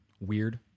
weird